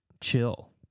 chill